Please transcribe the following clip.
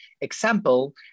example